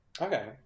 okay